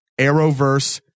Arrowverse